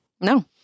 No